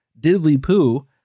diddly-poo